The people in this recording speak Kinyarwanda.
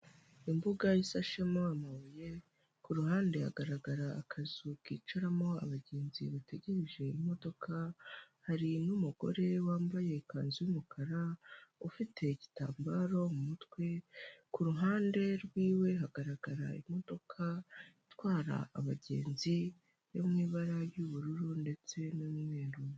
Imbuga isashemo amabuye, ku ruhande hagaragara akazu kicaramo abagenzi bategereje imodoka, hari n'umugore wambaye ikanzu y'umukara, ufite igitambaro mu mutwe, ku ruhande rw'iwe hagaragarara imodoka itwara abagenzi, yo mu ibara ry'ubururu ndetse n'umweru.